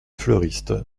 fleuriste